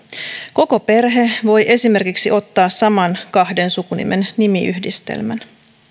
koko perhe voi esimerkiksi ottaa saman kahden sukunimen nimiyhdistelmän